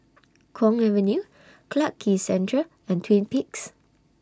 Kwong Avenue Clarke Quay Central and Twin Peaks